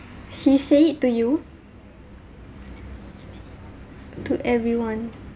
she said it to you to everyone